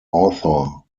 author